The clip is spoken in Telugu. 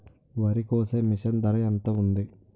వరి కోసే మిషన్ ధర ఎంత ఉంటుంది?